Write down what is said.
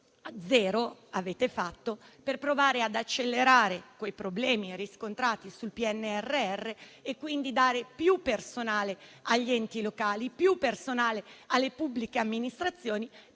Nulla avete fatto invece per provare ad accelerare i problemi riscontrati sul PNRR e quindi dare più personale agli enti locali e alle pubbliche amministrazioni